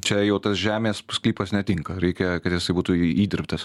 čia jau tas žemės sklypas netinka reikia kad jisai būtų įdirbtas